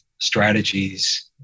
strategies